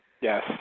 Yes